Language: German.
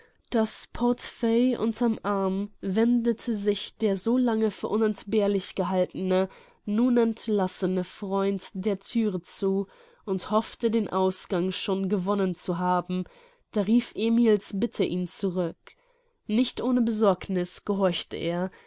das portefeuille unter'm arm wendete sich der so lange für unentbehrlich gehaltene nun entlassene freund der thüre zu und hoffte den ausgang schon gewonnen zu haben da rief emil's bitte ihn zurück nicht ohne besorgniß gehorchte er